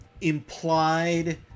implied